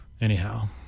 Anyhow